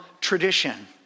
tradition